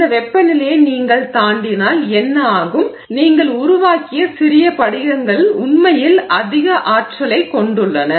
இந்த வெப்பநிலையை நீங்கள் தாண்டினால் என்ன ஆகும் நீங்கள் உருவாக்கிய சிறிய படிகங்கள் உண்மையில் அதிக ஆற்றலைக் கொண்டுள்ளன